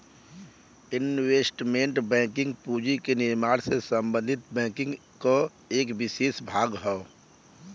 investment banking पूंजी के निर्माण से संबंधित बैंकिंग क एक विसेष भाग हौ